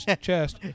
chest